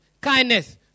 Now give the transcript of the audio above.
Kindness